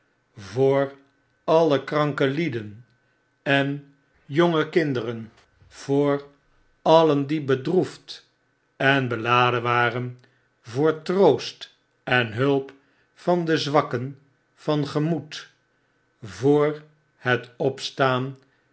voor alle kranke mmmmirimmmf mmmmm m overdrukken lieden en jonge kinderen voor alien die bedroefd en beladen waren voor troost en hulp van de zwakken van gemoed voor het opstaan